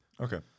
Okay